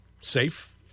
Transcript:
safe